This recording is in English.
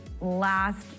last